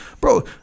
bro